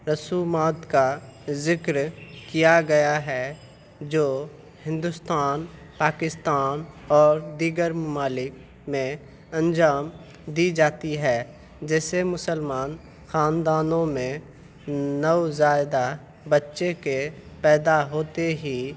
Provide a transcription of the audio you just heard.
رسومات کا ذکر کیا گیا ہے جو ہندوستان پاکستان اور دیگر ممالک میں انجام دی جاتی ہے جیسے مسلمان خاندانوں میں نوزائیدہ بچے کے پیدا ہوتے ہی